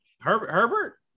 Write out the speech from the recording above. Herbert